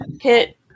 hit